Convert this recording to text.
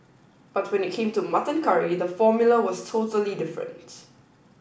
but when it came to mutton curry the formula was totally different